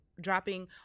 dropping